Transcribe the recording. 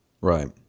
Right